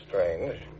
strange